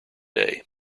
day